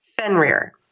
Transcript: Fenrir